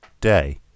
day